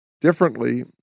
differently